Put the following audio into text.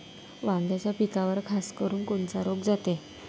वांग्याच्या पिकावर खासकरुन कोनचा रोग जाते?